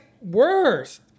worse